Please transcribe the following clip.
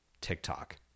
TikTok